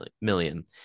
million